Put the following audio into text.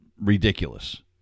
ridiculous